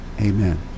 Amen